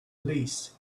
least